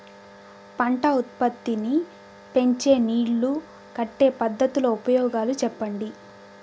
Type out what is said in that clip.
పంట ఉత్పత్తి నీ పెంచే నీళ్లు కట్టే పద్ధతుల ఉపయోగాలు చెప్పండి?